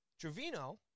Trevino